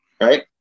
right